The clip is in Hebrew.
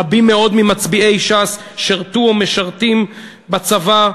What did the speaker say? רבים מאוד ממצביעי ש"ס שירתו או משרתים בצבא.